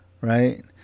Right